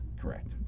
Correct